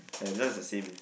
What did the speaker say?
ah this one is the same eh